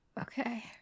Okay